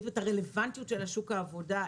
ואת הרלוונטיות שלה לשוק העבודה,